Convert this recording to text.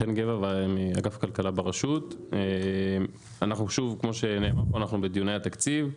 כמו שנאמר פה, אנחנו בדיוני התקציב.